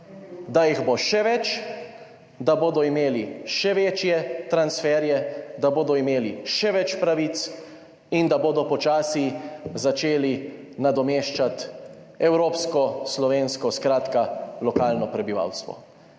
da jih bo še več, da bodo imeli še večje transferje, da bodo imeli še več pravic in da bodo počasi začeli nadomeščati evropsko, slovensko, skratka lokalno prebivalstvo,